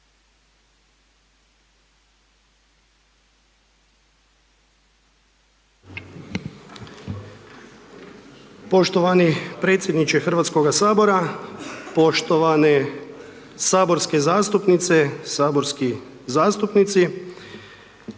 Poštovani predsjedniče Hrvatskog sabora, poštovane saborske zastupnice, saborski zastupnici.